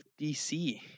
DC